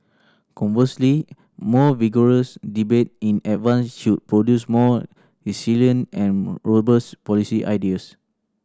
conversely more vigorous debate in advance should produce more resilient and robust policy ideas